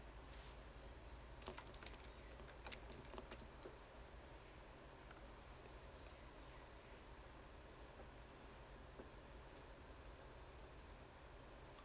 oh